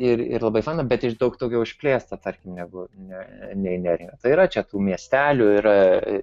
ir ir labai faina bet ir daug daugiau išplėsta tarkim negu nei nerija tai yra čia tų miestelių yra